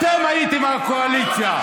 אתם הייתם בקואליציה.